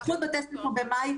אחוז בתי הספר במאי,